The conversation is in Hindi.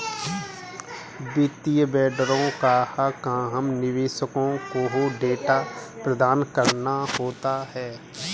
वित्तीय वेंडरों का काम निवेशकों को डेटा प्रदान कराना होता है